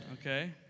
okay